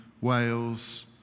Wales